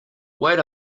wait